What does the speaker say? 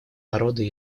народы